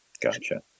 Gotcha